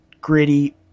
gritty